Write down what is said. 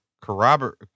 Corroborate